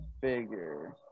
figure